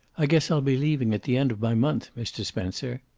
i guess i'll be leaving at the end of my month, mr. spencer.